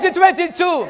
2022